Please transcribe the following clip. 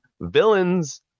Villains